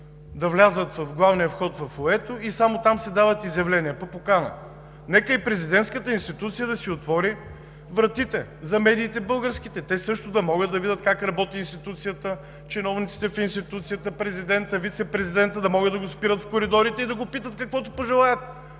да влязат от главния вход във фоайето и само там се дават изявления по покана? Нека президентската институция да си отвори вратите за българските медии и те също да могат да видят как работи институцията, чиновниците в институцията, президента, вицепрезидента, да могат да ги спират в коридорите и да ги питат каквото пожелаят.